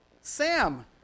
Sam